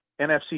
NFC